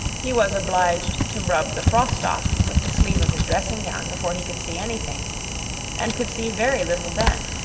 he was obliged to rub the frost off with the sleeve of his dressing-gown before he could see anything and could see very little then.